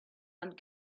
and